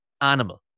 animal